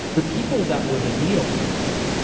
the people that were the neocons,